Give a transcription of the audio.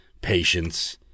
patience